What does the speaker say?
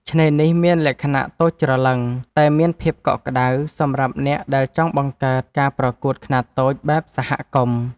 ឆ្នេរនេះមានលក្ខណៈតូចច្រឡឹងតែមានភាពកក់ក្ដៅ សម្រាប់អ្នកដែលចង់បង្កើតការប្រកួតខ្នាតតូចបែបសហគមន៍។